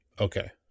Okay